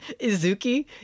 izuki